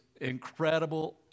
incredible